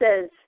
says